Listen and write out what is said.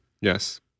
Yes